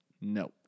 No